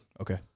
Okay